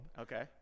Okay